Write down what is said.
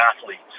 athletes